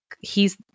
He's-